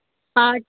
आठ